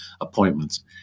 appointments